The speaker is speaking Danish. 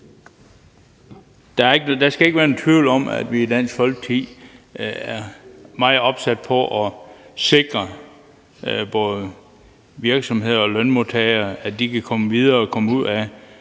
Der skal ikke være nogen tvivl om, at vi i Dansk Folkeparti er meget opsatte på at sikre både virksomheder og lønmodtagere, at de kan komme videre og komme ud af